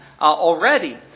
already